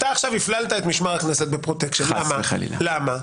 אתה עכשיו הפללת את משמר הכנסת בפרוטקשן, למה?